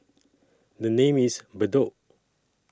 The name IS Bedok